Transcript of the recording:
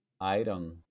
item